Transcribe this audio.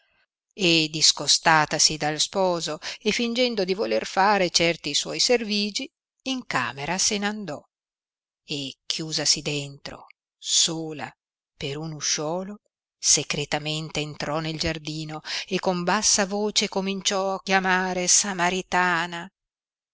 e discostatasi dal sposo e fìngendo di voler fare certi suoi servigi in camera se n andò e chiusasi dentro sola per un usciolo secretamente entrò nel giardino e con bassa voce cominciò chiamare samaritana